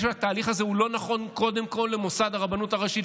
אני חושב שהתהליך הזה הוא לא נכון קודם כול למוסד הרבנות הראשית.